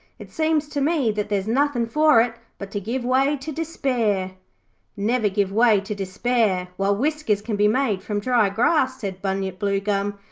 it seems to me that there's nothin' for it but to give way to despair never give way to despair while whiskers can be made from dry grass said bunyip bluegum,